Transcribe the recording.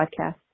podcast